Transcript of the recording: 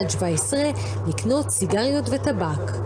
פה כוועדה שכחלק מסמכותה לפקח על ביצוע החוק הקיים,